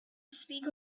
speak